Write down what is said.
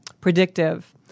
predictive